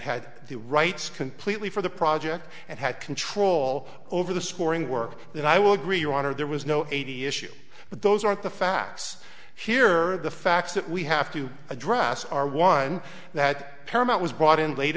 had the rights completely for the project and had control over the scoring work then i will agree you wanted there was no eighty issue but those aren't the facts here the facts that we have to address are one that paramount was brought in late